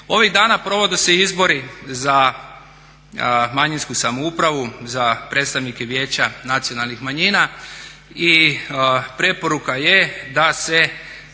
Ovih dana provode se izbori za manjinsku samoupravu, za predstavnike vijeća nacionalnih manjina i preporuka je da se